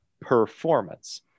performance